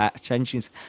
changes